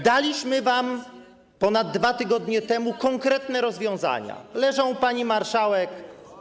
Daliśmy wam ponad 2 tygodnie temu konkretne rozwiązania, leżą u pani marszałek.